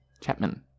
Chapman